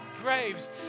graves